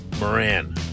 Moran